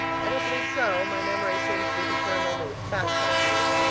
i don't believe so my memory seems to be concerned only with fat trustees.